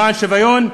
למען שוויון,